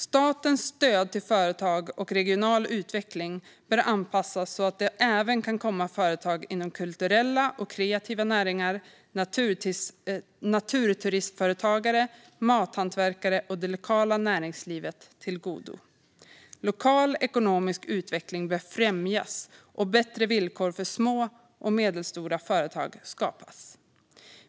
Statens stöd till företag och regional utveckling bör anpassas så att de även kan komma företag inom kulturella och kreativa näringar, naturturismföretagare, mathantverkare och det lokala näringslivet till godo. Lokal ekonomisk utveckling bör främjas och bättre villkor för små och medelstora företag skapas.